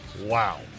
Wow